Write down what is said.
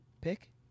pick